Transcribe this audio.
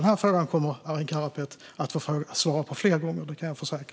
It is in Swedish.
Den här frågan kommer Arin Karapet alltså att få svara på fler gånger - det kan jag försäkra honom om.